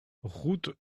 route